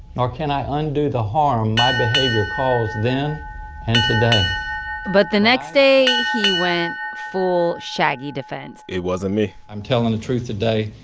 nor can i undo the harm my behavior caused then and today but the next day, he went full shaggy defense it wasn't me i'm telling the truth today.